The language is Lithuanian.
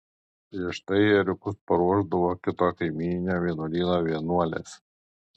prieš tai ėriukus paruošdavo kito kaimyninio vienuolyno vienuolės